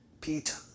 Peter